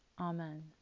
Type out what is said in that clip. Amen